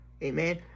Amen